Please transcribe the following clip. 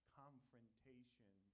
confrontation